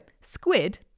squid